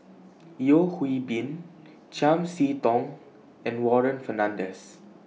Yeo Hwee Bin Chiam See Tong and Warren Fernandez